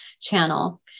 channel